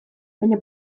baina